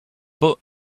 but